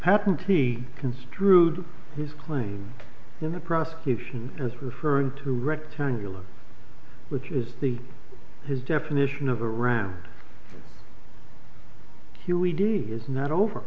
happened to be construed this claim in the prosecution as referring to rectangular which is the his definition of around here we did here is not over